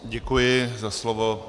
Děkuji za slovo.